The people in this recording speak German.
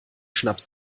schnaps